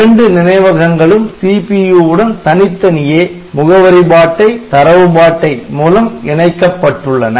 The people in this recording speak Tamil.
இரண்டு நினைவகங்களும் CPU உடன் தனித்தனியே முகவரி பாட்டை தரவுப் பாட்டை மூலம் இணைக்கப்பட்டுள்ளன